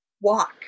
walk